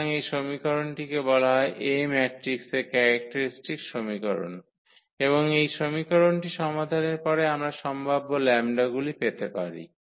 সুতরাং এই সমীকরণটিকে বলা হয় A ম্যাট্রিক্সের ক্যারেক্টারিস্টিক সমীকরণ এবং এই সমীকরণটি সমাধানের পরে আমরা সম্ভাব্য 𝜆 গুলি পেতে পারি